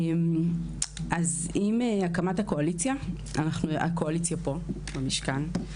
עם הקמת הקואליציה פה במשכן,